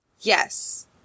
Yes